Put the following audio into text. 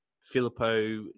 Filippo